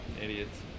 idiots